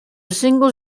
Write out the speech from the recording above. single